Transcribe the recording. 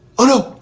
oh no,